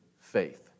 faith